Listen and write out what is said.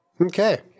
Okay